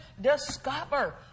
discover